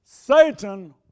Satan